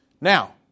Now